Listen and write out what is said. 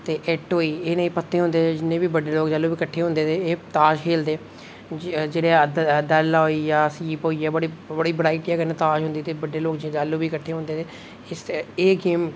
ते इट्ट होई एह् नेह् पत्ते होंदे ते जि्न्ने बी बड्डे लोक जेल्लै किट्ठे होंदे ते एह् पत्ते खेढदे जेह्ड़ा दैह्ला होई गेआ सीप होई ते बड्डे लोक जैह्लूं बी किट्ठे होंदे ते एह् गेम